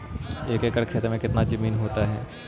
एक एकड़ खेत कितनी जमीन होते हैं?